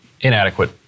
inadequate